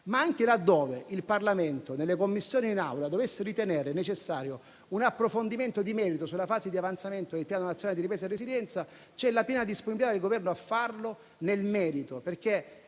ma anche laddove il Parlamento, nelle Commissioni e in Aula, dovesse ritenere necessario un approfondimento di merito sulla fase di avanzamento del Piano nazionale di ripresa e resilienza, c'è la piena disponibilità del Governo a farlo nel merito,